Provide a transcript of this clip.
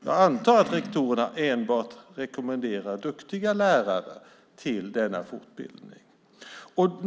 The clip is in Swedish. Jag antar att rektorerna rekommenderar enbart duktiga lärare till denna fortbildning.